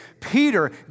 Peter